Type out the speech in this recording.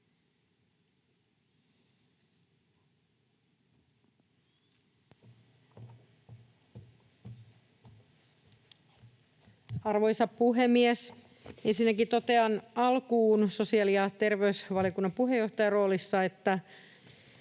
Arvoisa puhemies! Ensinnäkin totean alkuun sosiaali- ja terveysvaliokunnan puheenjohtajan roolissa, että